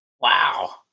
Wow